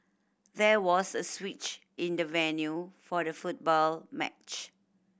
there was a switch in the venue for the football match